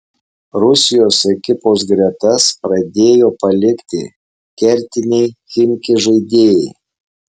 rusijos ekipos gretas pradėjo palikti kertiniai chimki žaidėjai